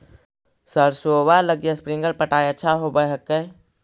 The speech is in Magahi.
सरसोबा लगी स्प्रिंगर पटाय अच्छा होबै हकैय?